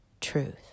truth